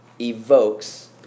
evokes